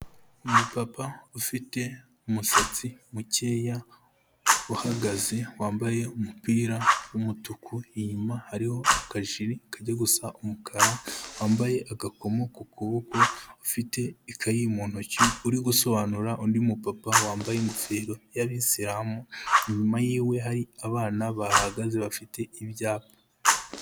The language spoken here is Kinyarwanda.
Umupapa ufite, umusatsi mukeya, uhagaze, wambaye umupira w'umutuku, inyuma hariho akajiri kajya gusa umukara, wambaye agakomo ku kuboko, ufite ikayi mu ntoki, uri gusobanura undi mu papa wambaye ingofero y'abisilamu, inyuma y'iwe hari abana bahagaze bafite ibyapa.